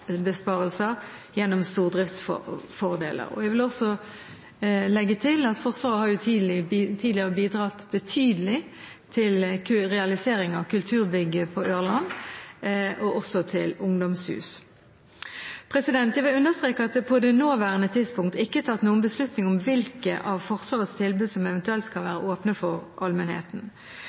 gjennom stordriftsfordeler. Jeg vil også legge til at Forsvaret tidligere har bidratt betydelig til realisering av kulturbygget på Ørland og til ungdomshus. Jeg vil understreke at det på det nåværende tidspunkt ikke er tatt noen beslutninger om hvilke av Forsvarets tilbud som eventuelt skal være åpne for